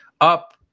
up